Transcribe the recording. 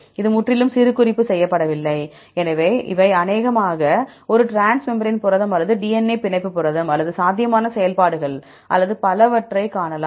இது முற்றிலும் சிறுகுறிப்பு செய்யப்படவில்லை இவை அநேகமாக ஒரு டிரான்ஸ்மேம்பிரேன் புரதம் அல்லது DNA பிணைப்பு புரதம் அல்லது சாத்தியமான செயல்பாடுகள் மற்றும் பலவற்றைக் காணலாம்